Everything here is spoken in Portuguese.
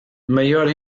maior